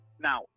Now